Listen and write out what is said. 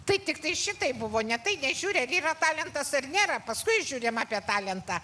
tai tiktai šitaip buvo ne tai nežiūri ar yra talentas ar nėra paskui žiūrim apie talentą